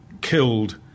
killed